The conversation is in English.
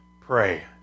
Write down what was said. Pray